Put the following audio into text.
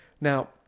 now